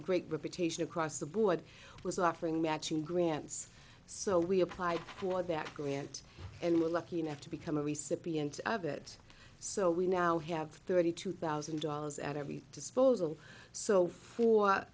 great reputation across the board was offering matching grants so we applied for that grant and were lucky enough to become a reception and have it so we now have thirty two thousand dollars at every disposal